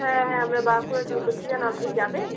হ্যাঁ হ্যাঁ আমরা বাঁকুড়া ট্যুর করছি কেন আপনি যাবেন